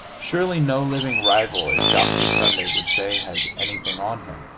surely no living rival, as dr. sunday would say, has anything on him.